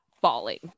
falling